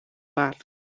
part